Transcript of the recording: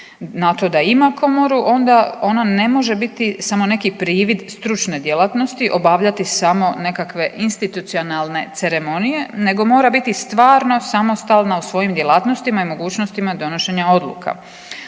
da ima komoru onda ona ne može biti samo neki privid stručne djelatnosti, obavljati samo nekakve institucionalne ceremonije nego mora biti stvarno samostalna u svojim djelatnostima i mogućnostima donošenja odluka.